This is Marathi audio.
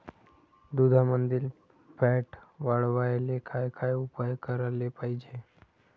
दुधामंदील फॅट वाढवायले काय काय उपाय करायले पाहिजे?